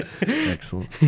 Excellent